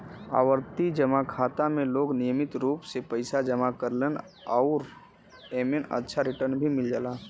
आवर्ती जमा खाता में लोग नियमित रूप से पइसा जमा करेलन आउर एमन अच्छा रिटर्न भी मिल जाला